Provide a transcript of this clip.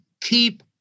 keep